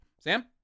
Sam